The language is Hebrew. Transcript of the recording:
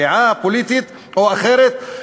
דעה פוליטית או אחרת,